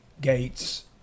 Gates